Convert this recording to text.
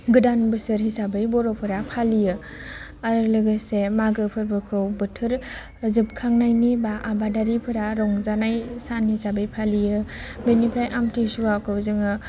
गोदान बोसोर फिसाबै बर'फोरा फालियो आरो लोगोसे माघो फोरबोखौ बोथोर जोबखांनायनि बा आबादारिफोरा रंजानाय सान हिसाबै फालियो बेनिफ्राय आमसिसुवाखौ जोङो